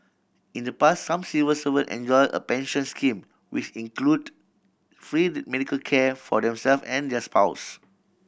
in the pass some civil servant enjoy a pension scheme which include free medical care for themself and their spouse